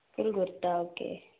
full kurta okay